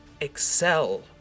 excel